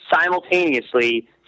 simultaneously